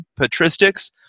patristics